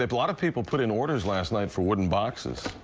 ah lots of people put in orders last night for wooden boxes.